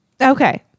Okay